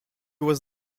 was